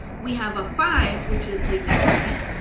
we have a five, which is significant,